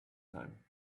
time